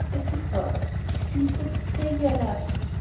as he thought, she sees that octavia loves me!